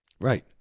right